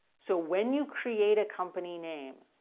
so when you create a company name,